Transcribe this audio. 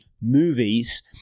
movies